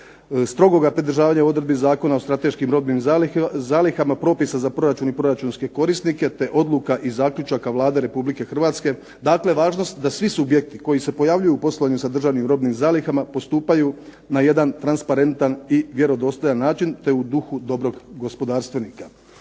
strogoga pridržavanja odredbi Zakona o strateškim robnim zalihama, propisa za proračun i proračunske korisnike, te odluka i zaključaka Vlade Republike Hrvatske. Dakle, važnost da svi subjekti koji se pojavljuju u poslovanju sa državnim robnim zalihama postupaju na jedan transparentan i vjerodostojan način, te u duhu dobrog gospodarstvenika.